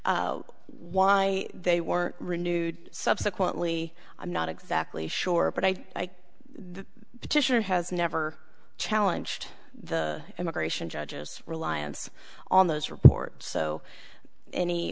why they were renewed subsequently i'm not exactly sure but i just your has never challenged the immigration judges reliance on those reports so any